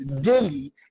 daily